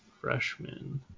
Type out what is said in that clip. freshman